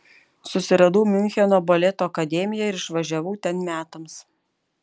susiradau miuncheno baleto akademiją ir išvažiavau ten metams